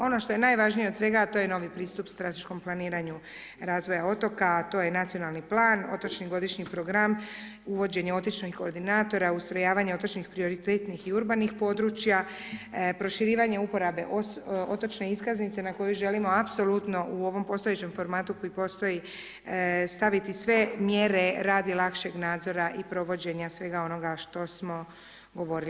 Ono što je najvažnije od svega, a to je novi pristup strateškom planiranju razvoja otoka, a to je Nacionalni plan, otočni godišnji program, uvođenje otočnih koordinatora, ustrojavanja otočnih prioritetnih i urbanih područja, proširivanje uporabe otočne iskaznice na koju želimo apsolutno u ovom postojećem formatu koji postoji, staviti sve mjere radi lakšeg nadzora i provođenja svega onoga što smo govorili.